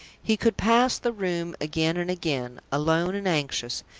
he could pass the room again and again, alone and anxious,